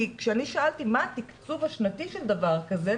כי כשאני שאלתי מה התקצוב השנתי של דבר כזה,